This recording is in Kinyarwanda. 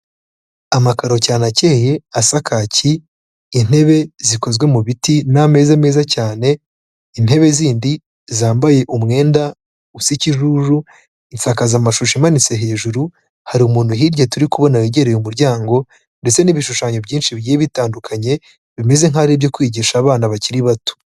Amakaro cyane akeye asa kaki, intebe zikozwe mu biti n'ameza meza cyane, intebe zindi zambaye umwenda usa ikijuju, insakazamashusho imanitse hejuru, hari umuntu hirya turi kubona wegereye umuryango ndetse n'ibishushanyo byinshi bigiye bitandukanye bimeze nk'aho ari ibyo kwigisha abana bakiri bato.